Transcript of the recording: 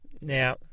Now